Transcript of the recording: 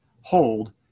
Hold